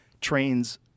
trains